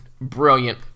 brilliant